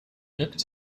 looked